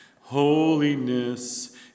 Holiness